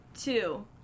two